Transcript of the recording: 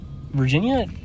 Virginia